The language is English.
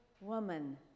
woman